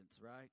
right